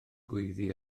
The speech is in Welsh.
gweiddi